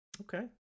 okay